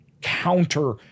counter